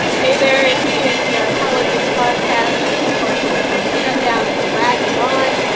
hey there. it's the npr politics podcast with the partial government shutdown dragging on.